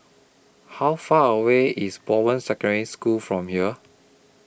How Far away IS Bowen Secondary School from here